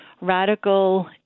radical